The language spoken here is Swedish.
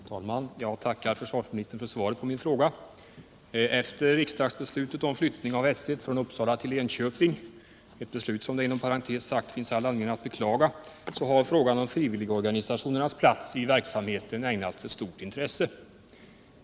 Herr talman! Jag tackar försvarsministern för svaret på min fråga. Efter riksdagsbeslutet om flyttning av S 1 från Uppsala till Enköping, ett beslut som det inom parentes sagt finns all anledning att beklaga, har frågan om frivilligorganisationernas plats i verksamheten ägnats stort intresse.